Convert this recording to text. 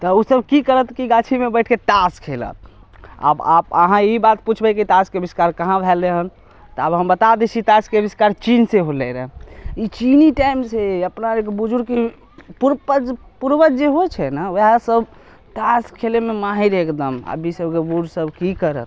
तऽ उ सभ कि करत कि गाछी बैठके तास खेलत आब आब अहाँ ई बात पुछबै कि तासके आविष्कार कहाँ भेलैहन तऽ आब हम बता दै छी तासके अविष्कार चीनसँ होलय रऽ ई चीनी टाइमसँ अपना आरके बुजुर्गके पू पूर्वज जे होइ छै नऽ वएहे सभ तास खेलयमे माहिर रहय एकदम अभी सभके बुढ़ सभ की करत